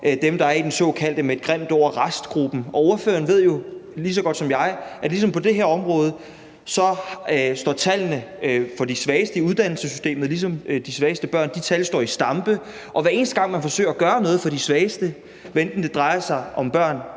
dem, der er i den såkaldte – med et grimt ord – restgruppe, og ordføreren ved jo lige så godt som jeg, at ligesom på det her område står tallene for de svageste i uddannelsessystemet i stampe, og hver eneste gang man forsøger at gøre noget for de svageste, hvad enten det drejer sig om børn,